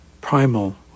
primal